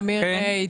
בהמשך למה שאמיר עדכן,